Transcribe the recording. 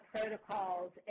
protocols